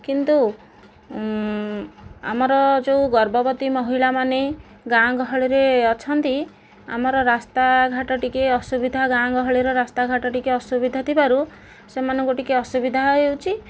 କିନ୍ତୁ ଆମର ଯେଉଁ ଗର୍ଭବତୀ ମହିଳାମାନେ ଗାଁ ଗହଳିରେ ଅଛନ୍ତି ଆମର ରାସ୍ତାଘାଟ ଟିକିଏ ଅସୁବିଧା ଗାଁ ଗହଳିର ରାସ୍ତା ଘାଟ ଟିକିଏ ଅସୁବିଧା ଥିବାରୁ ସେମାନଙ୍କୁ ଟିକିଏ ଅସୁବିଧା ହେଉଛି